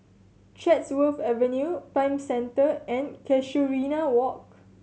Chatsworth Avenue Prime Centre and Casuarina Walk